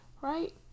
right